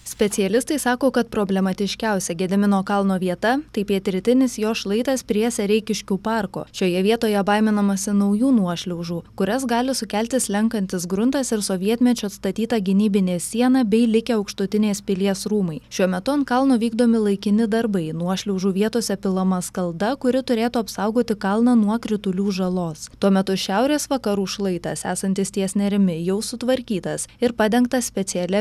specialistai sako kad problematiškiausia gedimino kalno vieta tai pietrytinis jo šlaitas prie sereikiškių parko šioje vietoje baiminamasi naujų nuošliaužų kurias gali sukelti slenkantis gruntas ir sovietmečiu statyta gynybinė siena bei likę aukštutinės pilies rūmai šiuo metu ant kalno vykdomi laikini darbai nuošliaužų vietose pilama skalda kuri turėtų apsaugoti kalną nuo kritulių žalos tuo metu šiaurės vakarų šlaitas esantis ties nerimi jau sutvarkytas ir padengtas specialia